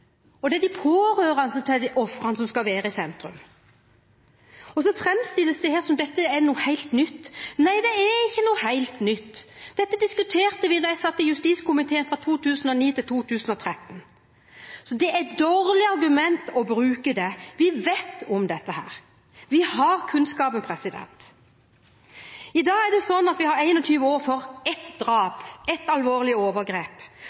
ofrene – og de pårørende til ofrene – som skal være i sentrum. Så framstilles det her som om dette er noe helt nytt. Nei, det er ikke noe helt nytt, dette diskuterte vi da jeg satt i justiskomiteen fra 2009 til 2013, så det er et dårlig argument å bruke det. Vi vet om dette – vi har kunnskaper. I dag har vi 21 år for ett drap, ett alvorlig overgrep,